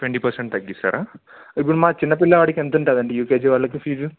twenty percent తగ్గిస్తారా ఇప్పుడు మా చిన్న పిల్లవాడికి ఎంత ఉంటుందండి యూకేజీ వాళ్ళకి ఫీజు